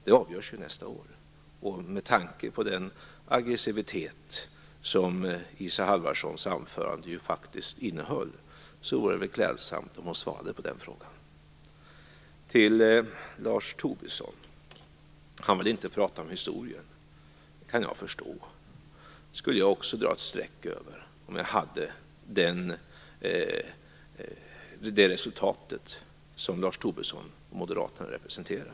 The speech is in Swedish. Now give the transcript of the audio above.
Det avgörs ju nästa år. Med tanke på den aggressivitet som Isa Halvarssons anförande faktiskt innehöll vore det klädsamt om hon svarade på den frågan. Lars Tobisson vill inte prata om historien. Det kan jag förstå. Jag skulle också dra ett streck över den om jag hade det resultat som Lars Tobisson och Moderaterna presterat.